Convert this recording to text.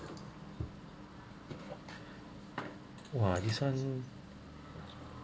!wah! this one